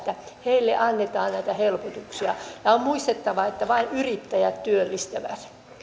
heille annetaan näitä helpotuksia on muistettava että vain yrittäjät työllistävät